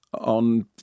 on